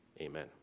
Amen